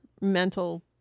mental